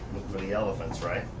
for the elephants right.